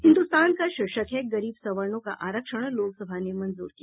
हिन्दुस्तान का शीर्षक है गरीब सवर्णों का आरक्षण लोकसभा ने मंजूर किया